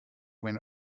went